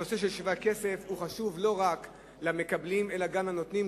הנושא של שווה הכסף הוא חשוב לא רק למקבלים אלא גם לנותנים.